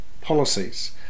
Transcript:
policies